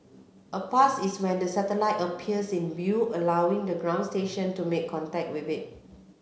a pass is when the satellite appears in view allowing the ground station to make contact with it